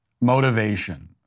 motivation